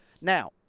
now